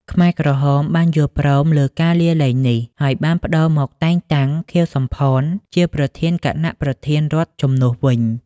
ខ្មែរក្រហមបានយល់ព្រមលើការលាលែងនេះ ហើយបានប្តូរមកតែងតាំង ខៀវ សំផន ជាប្រធានគណៈប្រធានរដ្ឋជំនួសវិញ។